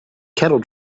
kettle